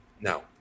No